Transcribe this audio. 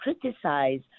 criticize